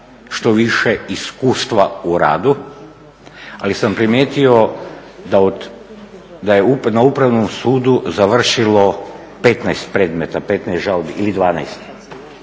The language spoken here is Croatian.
što više iskustva u radu, ali sam primjetio da je na Upravnom sudu završilo 15 predmeta, 15 žalbi ili 12.